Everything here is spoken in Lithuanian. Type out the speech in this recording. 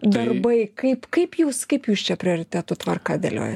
darbai kaip kaip jūs kaip jūs čia prioritetų tvarką dėlioja